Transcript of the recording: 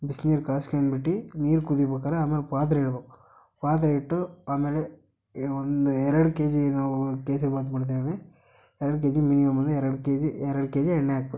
ಬಿಸ್ನೀರು ಕಾಯ್ಸ್ಕ್ಯಂಡು ಬಿಟ್ಟು ನೀರು ಕುದಿಬೇಕಾರೆ ಆಮೇಲೆ ಪಾತ್ರೆ ಇಡ್ಬೇಕು ಪಾತ್ರೆ ಇಟ್ಟು ಆಮೇಲೆ ಎ ಒಂದು ಎರಡು ಕೆ ಜಿ ನಾವು ಕೇಸರಿ ಭಾತ್ ಮಾಡ್ತಾಯಿದ್ದರೆ ಎರಡು ಕೆ ಜಿ ಮಿನಿಮಂ ಅಂದರೆ ಎರಡು ಕೆ ಜಿ ಎರಡು ಕೆ ಜಿ ಎಣ್ಣೆ ಹಾಕ್ಬೇಕು